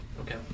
Okay